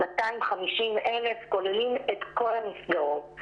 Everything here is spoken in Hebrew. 250,000 כוללים את כל המסגרות.